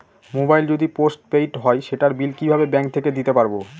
Mobile যদি postpaid হয় সেটার বিল কিভাবে ব্যাংক থেকে দিতে পারব?